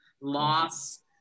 loss